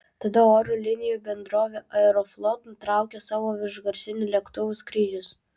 tada oro linijų bendrovė aeroflot nutraukė savo viršgarsinių lėktuvų skrydžius